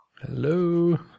Hello